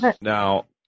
Now